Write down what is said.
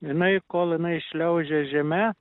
jinai kol jinai šliaužė žeme